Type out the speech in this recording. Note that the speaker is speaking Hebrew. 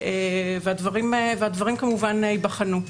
הדברים, כמובן, ייבחנו.